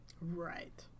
Right